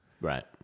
Right